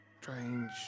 strange